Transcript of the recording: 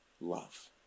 love